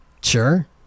Sure